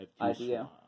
idea